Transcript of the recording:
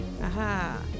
Aha